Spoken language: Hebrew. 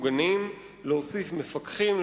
ההחלטה אם לתת מענקים או סיוע ממשלתי למפעל שאותו